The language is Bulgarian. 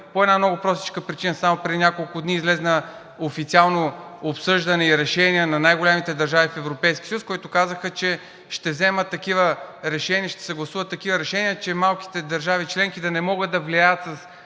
по една много простичка причина – само преди няколко дни излезе официалното обсъждане и решение на най-големите държави в Европейския съюз, които казаха, че ще вземат и ще съгласуват такива решения, че малките държави членки да не могат да влияят с